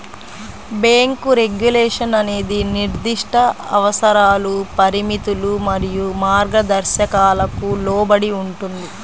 bank regulation అనేది నిర్దిష్ట అవసరాలు, పరిమితులు మరియు మార్గదర్శకాలకు లోబడి ఉంటుంది,